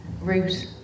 route